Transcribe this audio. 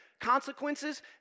consequences